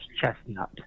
chestnut